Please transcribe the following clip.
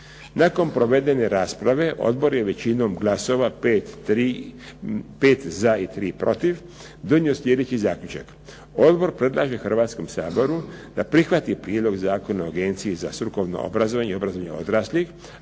Nakon provedene rasprave odbor je većinom glasova, 5 za i 3 protiv donio sljedeći zaključak: Odbor predlaže Hrvatskom saboru da prihvati Prijedlog zakona o Agenciji za strukovno obrazovanje i obrazovanje odraslih,